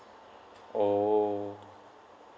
oh